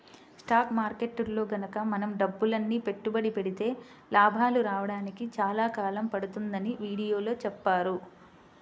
stock మార్కెట్టులో గనక మనం డబ్బులని పెట్టుబడి పెడితే లాభాలు రాడానికి చాలా కాలం పడుతుందని వీడియోలో చెప్పారు